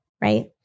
Right